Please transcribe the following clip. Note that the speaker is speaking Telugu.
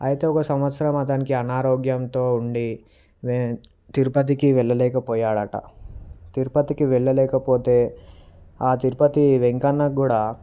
అయితే ఒక సంవత్సరం అతనికి అనారోగ్యంతో ఉండి వె తిరుపతికి వెళ్ళలేకపోయాడట తిరుపతికి వేళ్ళలేకపోతే ఆ తిరుపతి వెంకన్నకి కూడా